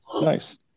Nice